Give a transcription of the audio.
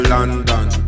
London